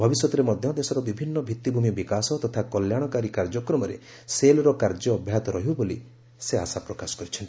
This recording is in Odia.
ଭବିଷ୍ୟତରେ ମଧ୍ୟ ଦେଶର ବିଭିନ୍ନ ଭିଭିଭ୍ ମି ବିକାଶ ତଥା କଲ୍ୟାଶକାରୀ କାର୍ଯ୍ୟକ୍ରମରେ ସେଲ୍ର କାର୍ଯ୍ୟ ଅବ୍ୟାହତ ରହିବ ବୋଲି ସେ ଆଶାପ୍ରକାଶ କରିଛନ୍ତି